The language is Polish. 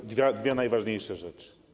To dwie najważniejsze rzeczy.